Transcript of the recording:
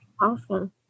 Awesome